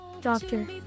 doctor